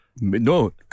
No